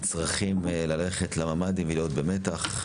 שנצרכים ללכת לממ"דים ולהיות במתח.